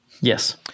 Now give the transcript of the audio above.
Yes